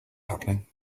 happening